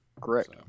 Correct